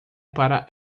para